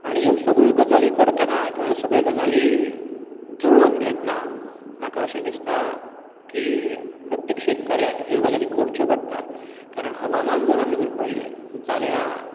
आनी ह्यो सगल्यो गजाली करतना सगल्यो गजाली जुळोन घेतना म्हाका अशें दिसता की प्रत्येक शेतकऱ्याक ह्यो गजाली करच्यो पडटा कारण हवामान जर आमी पळयलें जाल्या